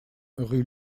rue